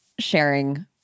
sharing